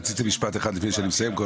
רציתי משפט אחד לפני שאני מסיים.